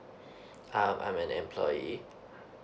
um I'm an employee